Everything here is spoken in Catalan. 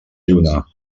lluna